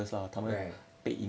right